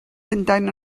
llundain